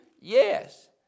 Yes